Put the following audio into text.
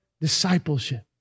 discipleship